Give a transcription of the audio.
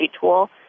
tool